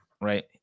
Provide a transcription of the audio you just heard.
Right